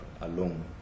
alone